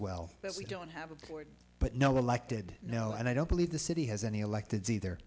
well but we don't have a board but no elected no and i don't believe the city has any elected